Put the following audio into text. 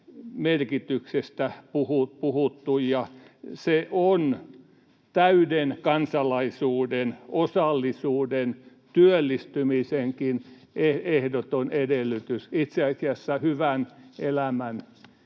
merkityksestä puhuttu. Se on täyden kansalaisuuden, osallisuuden, työllistymisenkin ehdoton edellytys, itse asiassa hyvän elämän